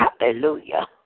Hallelujah